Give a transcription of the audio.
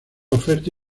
oferta